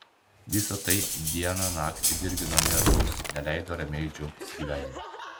visa tai dieną naktį dirgino nervus neleido ramiai džiaugtis gyvenimu